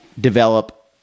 develop